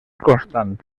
constant